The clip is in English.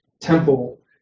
temple